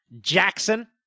Jackson